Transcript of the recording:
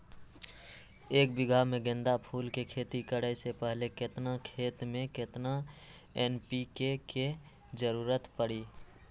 एक बीघा में गेंदा फूल के खेती करे से पहले केतना खेत में केतना एन.पी.के के जरूरत परी?